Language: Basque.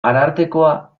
arartekoa